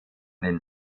den